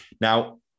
Now